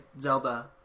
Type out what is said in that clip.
Zelda